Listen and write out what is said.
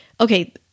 okay